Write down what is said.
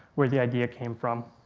where the idea came from.